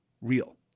real